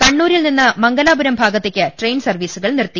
കണ്ണൂരിൽ നിന്ന് മംഗലാപുരം ഭാഗത്തേക്ക് ട്രെയിൻ സർവീസുകൾ നിർത്തി